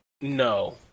no